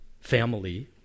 family